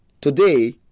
today